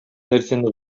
нерсени